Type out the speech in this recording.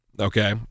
Okay